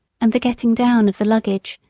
and the getting down of the luggage,